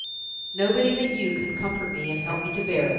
nobody but you can comfort me, and help me to bear it.